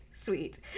sweet